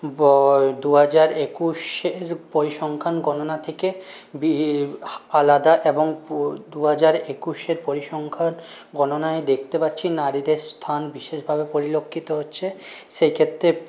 দু হাজার একুশের পরিসংখ্যান গণনা থেকে আলাদা এবং দু হাজার একুশে পরিসংখ্যান গণনায় দেখতে পাচ্ছি নারীদের স্থান বিশেষভাবে পরিলক্ষিত হচ্ছে সেই ক্ষেত্রে